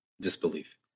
disbelief